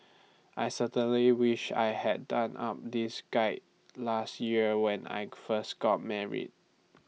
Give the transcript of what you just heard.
I certainly wish I had done up this guide last year when I first got married